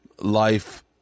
life